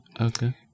Okay